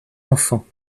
enfants